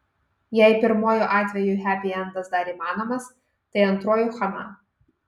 jei pirmuoju atveju hepiendas dar įmanomas tai antruoju chana